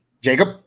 Jacob